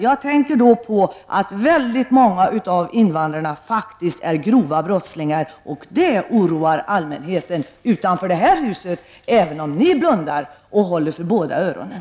Jag tänker på att många av invandrarna faktiskt är grova brottslingar, och det är något som oroar allmänheten utanför det här huset, även om många ledamöter blundar och håller för båda öronen.